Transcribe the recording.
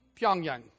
Pyongyang